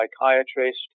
psychiatrist